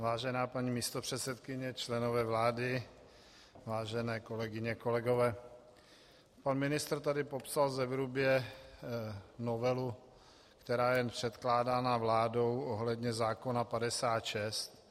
Vážená paní místopředsedkyně, členové vlády, vážené kolegyně, kolegové, pan ministr tady popsal zevrubně novelu, která je předkládána vládou ohledně zákona 56.